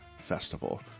festival